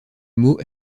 mot